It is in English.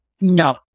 No